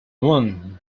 won